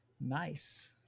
Nice